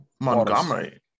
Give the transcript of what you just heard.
Montgomery